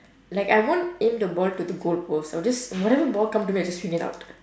like I won't aim the ball to the goalpost I'll just whatever ball come to me I will just swing it out